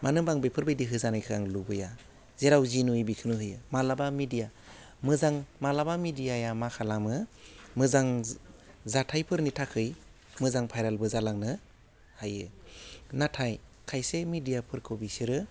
मानो होम्बा आं बेफोरबायदि होजानायखौ आं लुबैया जेराव जि नुयो बिखौनो होयो मालाबा मेडियाया मोजां मालाबा मेडियाया मा खालामो मोजां जाथाइफोरनि थाखाय मोजां भाइरालबो जालांनो हायो नाथाय खायसे मेडियाफोरखौ बिसोरो